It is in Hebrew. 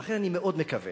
ולכן אני מאוד מקווה